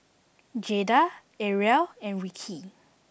Jaeda Arielle and Ricki